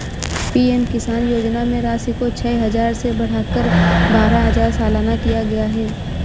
PM किसान योजना में राशि को छह हजार से बढ़ाकर बारह हजार सालाना किया गया है